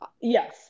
Yes